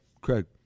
Craig